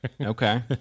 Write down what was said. Okay